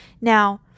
Now